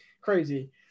crazy